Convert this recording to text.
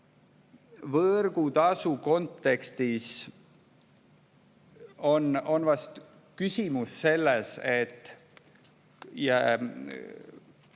Võrgutasu kontekstis on vast küsimus selles, et